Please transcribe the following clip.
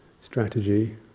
strategy